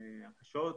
הקשות,